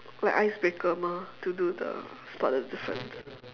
like ice breaker mah to do the spot the difference